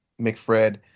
McFred